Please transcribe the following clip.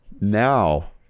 Now